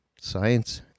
science